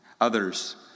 others